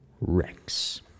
Rex